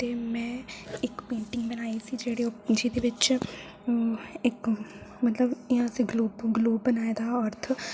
ते में इक पेंटिंग बनाई सी जेह्दे उप्पर जेह्दे बिच मतलब की उप्पर इ'यै ग्लोब बनाये दा हा एअर्थ